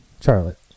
Charlotte